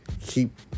Keep